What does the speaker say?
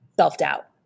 self-doubt